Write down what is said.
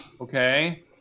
okay